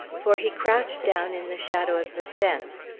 for he crouched down in the shadow of the fence.